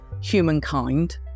humankind